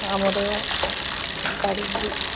ଆମର ଗାଡ଼ି